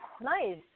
nice